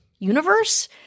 universe